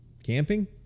Camping